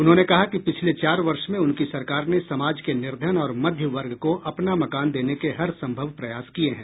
उन्होंने कहा कि पिछले चार वर्ष में उनकी सरकार ने समाज के निर्धन और मध्यवर्ग को अपना मकान देने के हरसंभव प्रयास किए हैं